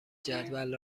جدول